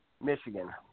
Michigan